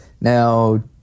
Now